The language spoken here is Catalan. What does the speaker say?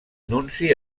nunci